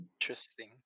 Interesting